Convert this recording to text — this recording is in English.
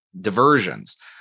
diversions